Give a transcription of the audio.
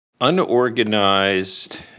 Unorganized